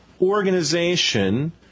organization